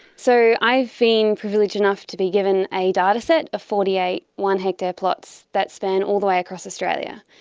so i have been privileged enough to be given a dataset of forty eight one-hectare plots that span all the way across australia.